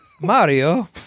Mario